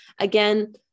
Again